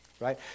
right